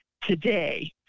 today